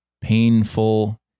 painful